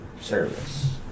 service